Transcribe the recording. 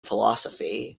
philosophy